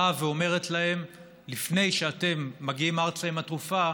באה ואומרת להם: לפני שאתם מגיעים ארצה עם התרופה,